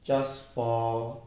just for